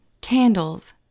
candles